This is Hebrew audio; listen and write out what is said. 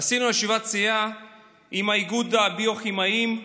עשינו ישיבת סיעה עם איגוד הביו-כימאים,